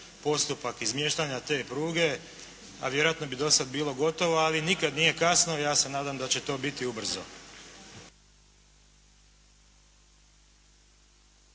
postupak izmještanja te pruge, a vjerojatno bi do sada bilo gotovo, ali nikada nije kasno. Ja se nadam da će to biti ubrzo.